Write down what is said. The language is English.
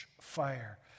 fire